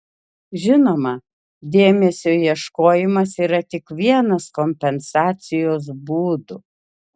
žinoma dėmesio ieškojimas yra tik vienas kompensacijos būdų